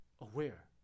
aware